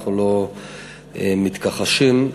ואנחנו לא מתכחשים לכך.